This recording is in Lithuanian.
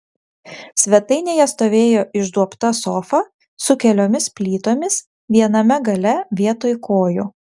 svetainėje stovėjo išduobta sofa su keliomis plytomis viename gale vietoj kojų